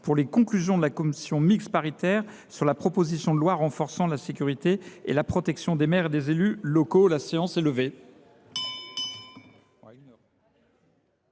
trente : Conclusions de la commission mixte paritaire sur la proposition de loi renforçant la sécurité et la protection des maires et des élus locaux (texte de